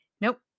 Nope